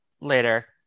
later